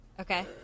Okay